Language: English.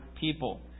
people